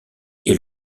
est